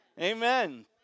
Amen